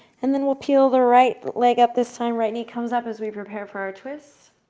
and then we'll peel the right leg up this time, right knee comes up as we prepare for our twist.